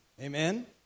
Amen